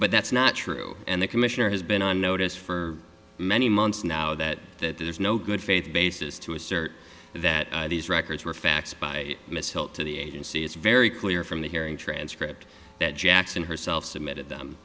but that's not true and the commissioner has been on notice for many months now that that there's no good faith basis to assert that these records were facts by miss hill to the agency it's very clear from the hearing transcript that jackson herself submitted them